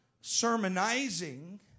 sermonizing